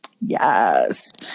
Yes